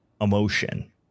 emotion